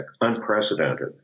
unprecedented